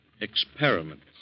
experiments